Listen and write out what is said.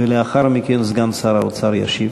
ולאחר מכן סגן שר האוצר ישיב.